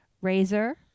Razor